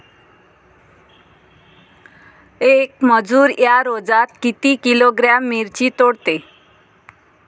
येक मजूर या रोजात किती किलोग्रॅम मिरची तोडते?